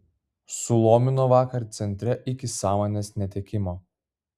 sulomino vakar centre iki sąmonės netekimo